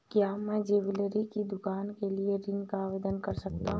क्या मैं ज्वैलरी की दुकान के लिए ऋण का आवेदन कर सकता हूँ?